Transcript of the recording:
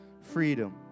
freedom